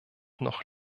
noch